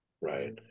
right